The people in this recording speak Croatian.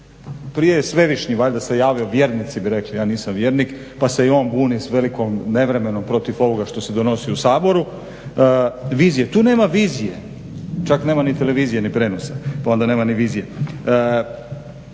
prije je Svevišnji valjda se javio vjernici bi rekli, ja nisam vjernik pa se i on buni s velikom nevremenom protiv ovoga što se donosi u Saboru. Vizije, tu nema vizije, čak nema ni televizije ni prijenosa pa onda nema ni vizije.